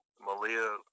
Malia